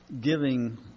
giving